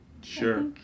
sure